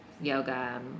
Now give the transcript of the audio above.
yoga